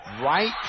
Right